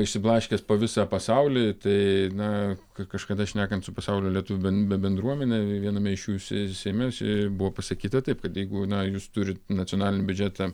išsiblaškęs po visą pasaulį tai na kažkada šnekant su pasaulio lietuvių ben bendruomene viename iš jų suėjime buvo pasakyta taip kad jeigu na jūs turit nacionalinį biudžetą